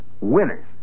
winners